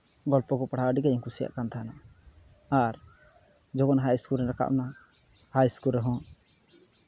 ᱜᱚᱞᱯᱚ ᱠᱚ ᱯᱟᱲᱦᱟᱣ ᱟᱹᱰᱤ ᱠᱟᱡᱟᱠᱤᱧ ᱠᱩᱥᱤᱭᱟᱜ ᱠᱟᱱ ᱛᱟᱦᱮᱱᱟ ᱟᱨ ᱡᱚᱠᱷᱚᱱ ᱦᱟᱭ ᱤᱥᱠᱩᱞ ᱨᱤᱧ ᱨᱟᱠᱟᱵ ᱮᱱᱟ ᱦᱟᱭ ᱤᱥᱠᱩᱞ ᱨᱮᱦᱚᱸ